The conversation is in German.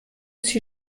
sie